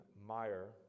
Meyer